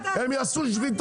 מה תעשו אם הם יעשו שביתה?